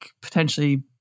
potentially